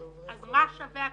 אז מה שווה הטיפול?